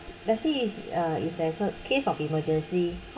let's see if uh if there's a case of emergency